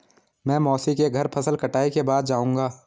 मैं मौसी के घर फसल कटाई के बाद जाऊंगा